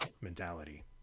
mentality